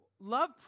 Love